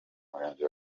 murenge